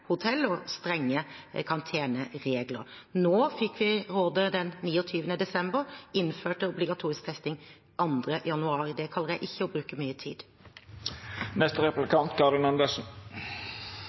og strenge karanteneregler. Nå fikk vi rådet den 29. desember og innførte obligatorisk testing 2. januar. Det kaller jeg ikke å bruke mye